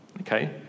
Okay